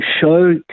show